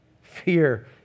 fear